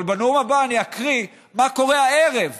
אבל בנאום הבא אקריא מה קורה הערב שם,